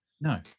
no